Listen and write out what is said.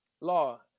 law